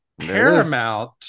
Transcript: paramount